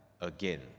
again